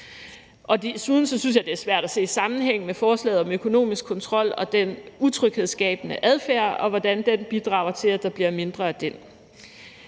Desuden synes jeg, det er svært at se sammenhængen i forslaget mellem økonomisk kontrol og den utryghedsskabende adfærd, og hvordan det ene bidrager til, at der bliver mindre af det